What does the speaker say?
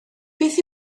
beth